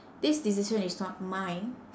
this decision is not mine